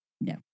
No